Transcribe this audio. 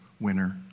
winner